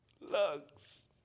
Lugs